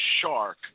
shark